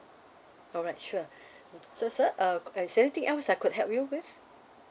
alright sure so sir uh is there anything else I could help you with